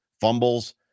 fumbles